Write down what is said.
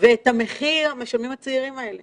ואת המחיר משלמים הצעירים האלה